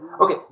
Okay